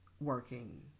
working